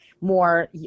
more